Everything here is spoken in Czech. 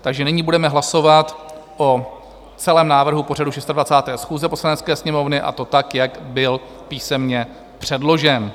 Takže nyní budeme hlasovat o celém návrhu pořadu 26. schůze Poslanecké sněmovny, a to tak, jak byl písemně předložen.